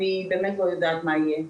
אני באמת לא יודעת מה יהיה.